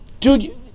Dude